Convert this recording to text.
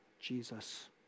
Jesus